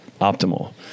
optimal